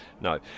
no